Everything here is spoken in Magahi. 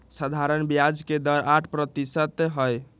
सधारण ब्याज के दर आठ परतिशत हई